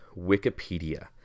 Wikipedia